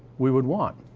we would want?